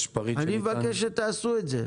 פריט שניתן --- אני מבקש שתעשו את זה.